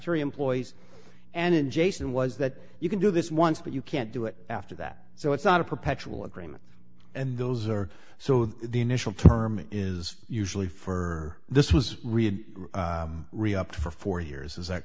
a employees and jason was that you can do this once but you can't do it after that so it's not a perpetual agreement and those are so the initial term is usually for this was really really up for four years is that